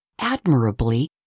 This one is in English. admirably